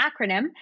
acronym